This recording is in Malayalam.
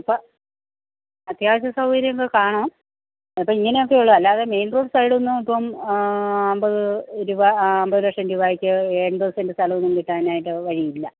അപ്പോൾ അത്യാവശ്യം സൗകര്യങ്ങൾ കാണും അപ്പോൾ ഇങ്ങനെയൊക്കെ ഉള്ളു അല്ലാതെ മെയിൻ റോഡ് സൈഡൊന്നും ഇപ്പം അൻപത് രൂപ അൻപത് ലക്ഷം രൂപായ്ക്ക് എൺപത് സെൻ്റ സ്ഥലമൊന്നും കിട്ടാനായിട്ട് വഴിയില്ല